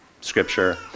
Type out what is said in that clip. scripture